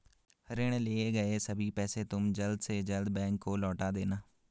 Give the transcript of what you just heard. ऋण लिए गए सभी पैसे तुम जल्द से जल्द बैंक को लौटा देना